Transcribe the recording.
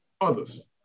others